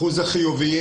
אחוז החיוביים,